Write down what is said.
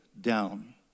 down